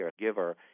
caregiver